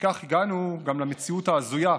וכך הגענו גם למציאות ההזויה,